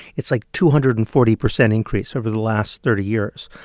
it's, like, two hundred and forty percent increase over the last thirty years.